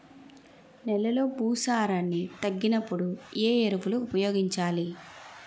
నెలలో భూసారాన్ని తగ్గినప్పుడు, ఏ ఎరువులు ఉపయోగించాలి?